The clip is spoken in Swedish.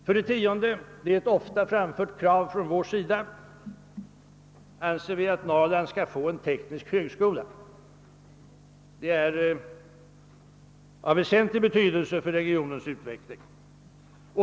För det tionde — det är ett ofta framfört krav från vår sida — anser vi att Norrland skall få en teknisk högskola. Detta är av väsentlig betydelse för regionens utveckling.